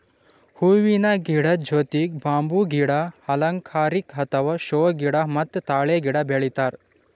ಹೂವಿನ ಗಿಡದ್ ಜೊತಿಗ್ ಬಂಬೂ ಗಿಡ, ಅಲಂಕಾರಿಕ್ ಅಥವಾ ಷೋ ಗಿಡ ಮತ್ತ್ ತಾಳೆ ಗಿಡ ಬೆಳಿತಾರ್